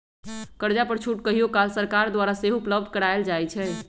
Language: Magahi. कर्जा पर छूट कहियो काल सरकार द्वारा सेहो उपलब्ध करायल जाइ छइ